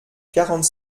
quarante